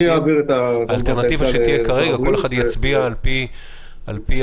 כל אחד פה יצביע על פי החלטתו,